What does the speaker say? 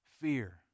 fear